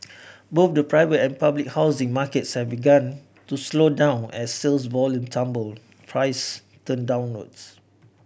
both the private and public housing markets have begun to slow down as sales volume tumble prices turn downwards